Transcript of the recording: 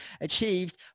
achieved